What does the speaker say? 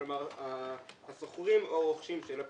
כלומר השוכרים או הרוכשים של הפיגומים.